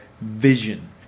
vision